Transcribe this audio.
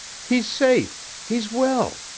he's safe he's well.